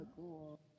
cool